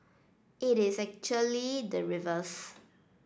it is actually the reverse